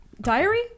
diary